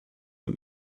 ein